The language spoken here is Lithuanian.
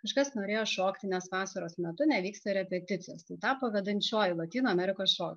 kažkas norėjo šokti nes vasaros metu nevyksta repeticijos tapo vedančiuoju lotynų amerikosšokio